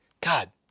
God